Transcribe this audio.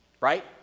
Right